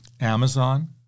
Amazon